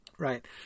Right